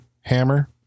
hammer